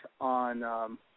on –